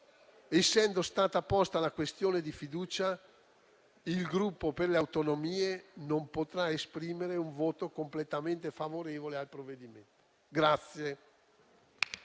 Essendo stata posta la questione di fiducia, il Gruppo per le Autonomie non potrà esprimere un voto completamente favorevole al provvedimento.